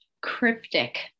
cryptic